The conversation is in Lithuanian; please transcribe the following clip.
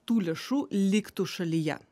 tų lėšų liktų šalyje